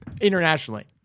Internationally